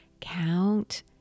count